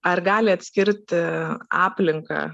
ar gali atskirti aplinką